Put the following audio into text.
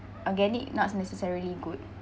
organic not necessarily good